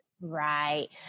Right